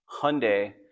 Hyundai